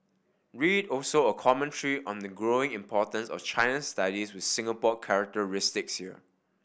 read also a commentary on the growing importance of China studies with Singapore characteristics here